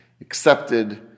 accepted